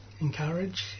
encourage